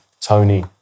Tony